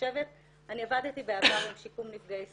אני עבדתי בעבר עם שיקום נפגעי סמים.